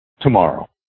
tomorrow